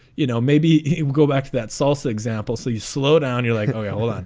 you know, maybe it will go back to that salsa example, so you slow down, you're like, oh, yeah. well, and